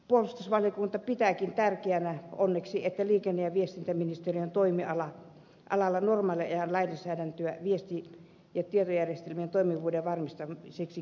puolustusvaliokunta pitääkin tärkeänä onneksi että liikenne ja viestintäministeriön toimialalla normaaliolojen lainsäädäntöä viesti ja tietojärjestelmien toimivuuden varmistamiseksi kehitetään edelleen